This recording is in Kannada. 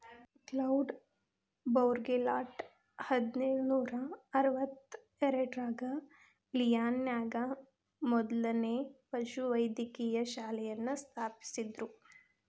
ಕ್ಲೌಡ್ ಬೌರ್ಗೆಲಾಟ್ ಹದಿನೇಳು ನೂರಾ ಅರವತ್ತೆರಡರಾಗ ಲಿಯಾನ್ ನ್ಯಾಗ ಮೊದ್ಲನೇ ಪಶುವೈದ್ಯಕೇಯ ಶಾಲೆಯನ್ನ ಸ್ಥಾಪಿಸಿದ್ರು